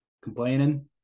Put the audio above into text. complaining